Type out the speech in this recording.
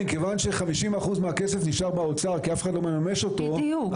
מכיוון ש-50% מהכסף נשאר באוצר כי אף אחד לא מממש אותו -- בדיוק.